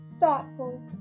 Thoughtful